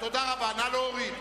תודה רבה, נא להוריד.